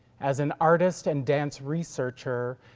as an artist and dance researcher,